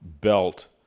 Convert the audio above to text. belt